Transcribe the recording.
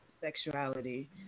sexuality